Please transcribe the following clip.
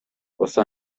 واسه